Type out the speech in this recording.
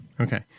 Okay